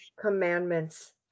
commandments